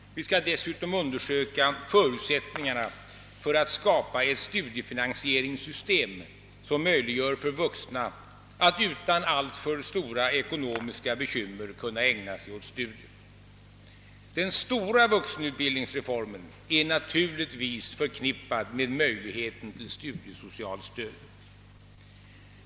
Vi skall dessutom undersöka förutsättningarna för skapande av ett studiefinansieringssystem, som möjliggör för vuxna att utan alltför stora ekonomiska bekymmer ägna sig åt studier. Den stora vuxenutbildningsreformen är naturligtvis förknippad med möjligheten till studiesocialt stöd.